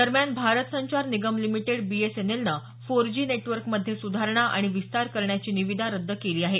दरम्यान भारत संचार निगम लिमिटेड बीएसएनएलनं four G नेटवर्कमध्ये सुधारणा आणि विस्तार करण्याची निविदा रद्द केली आहे